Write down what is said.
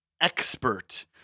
expert